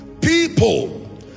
People